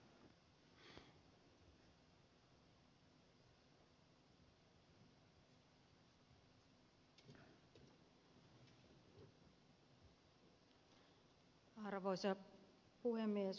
hyvät edustajatoverit